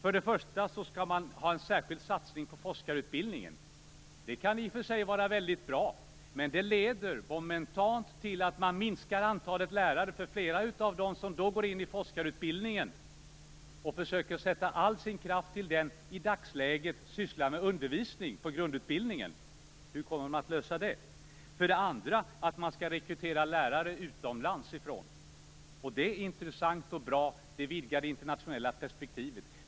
För det första skall man ha en särskild satsning på forskarutbildningen. Det kan i och för sig vara väldigt bra. Men det leder momentant till att man minskar antalet lärare, eftersom flera av dem som då går in i forskarutbildningen och försöker lägga all sin kraft på den i dagsläget sysslar med undervisning i grundutbildningen. Hur kommer man att lösa det? För det andra skall man rekrytera lärare från utlandet. Det är intressant och bra. Det vidgar det internationella perspektivet.